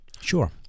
Sure